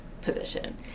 position